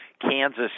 Kansas